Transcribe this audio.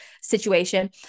situation